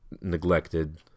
neglected